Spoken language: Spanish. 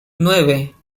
nueve